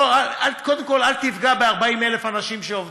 קודם כול, אל תפגע ב-40,000 הנשים שעובדות.